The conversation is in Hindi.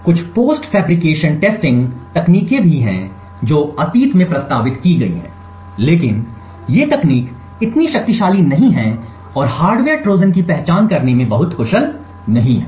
कुछ पोस्ट फैब्रिकेशन टेस्टिंग तकनीकें भी हैं जो अतीत में प्रस्तावित की गई हैं लेकिन ये तकनीक इतनी शक्तिशाली नहीं हैं और हार्डवेयर ट्रोजन की पहचान करने में बहुत कुशल नहीं हैं